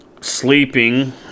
sleeping